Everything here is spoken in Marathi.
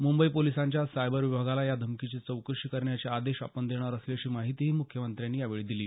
मुंबई पोलिसांच्या सायबर विभागाला या धमकीची चौकशी करण्याचे आदेश आपण देणार असल्याची माहितीही मुख्यमंत्र्यांनी यावेळी दिली